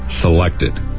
selected